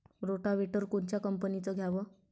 Rotavator कोनच्या कंपनीचं घ्यावं?